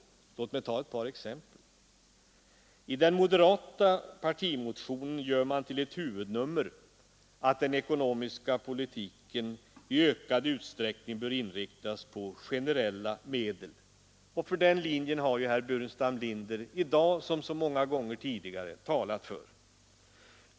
Låt mig ta ett par exempel. I den moderata partimotionen gör man till ett huvudnummer att den ekonomiska politiken i ökad utsträckning bör inriktas på generella medel. Den linjen har herr Burenstam Linder i dag som så många gånger tidigare talat för.